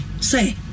say